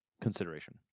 consideration